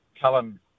Cullen